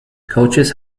coaches